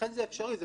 זה אפשרי.